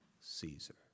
Caesar